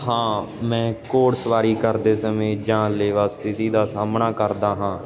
ਹਾਂ ਮੈਂ ਘੋੜਸਵਾਰੀ ਕਰਦੇ ਸਮੇਂ ਜਾਨਲੇਵਾ ਸਥਿਤੀ ਦਾ ਸਾਹਮਣਾ ਕਰਦਾ ਹਾਂ